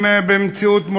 בבקשה.